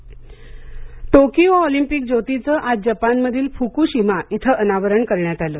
Olympic ज्योत Tokyo Olympic ज्योतीचं आज जपानमधील फुकुशिमा इथं अनावरण करण्यात आलं